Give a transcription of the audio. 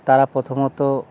তারা প্রথমত